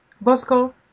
Bosco